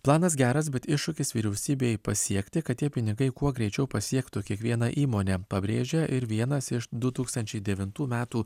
planas geras bet iššūkis vyriausybei pasiekti kad tie pinigai kuo greičiau pasiektų kiekvieną įmonę pabrėžia ir vienas iš du tūkstančiai devintų metų